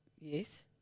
Yes